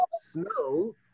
snow